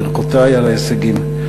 ברכותי על ההישגים.